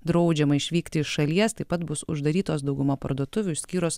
draudžiama išvykti iš šalies taip pat bus uždarytos dauguma parduotuvių išskyrus